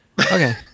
okay